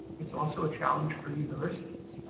it's also a challenge for universities,